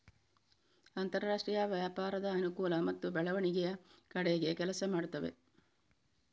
ಅಂತರಾಷ್ಟ್ರೀಯ ವ್ಯಾಪಾರದ ಅನುಕೂಲ ಮತ್ತು ಬೆಳವಣಿಗೆಯ ಕಡೆಗೆ ಕೆಲಸ ಮಾಡುತ್ತವೆ